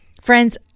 Friends